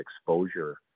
exposure